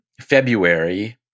February